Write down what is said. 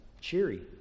cheery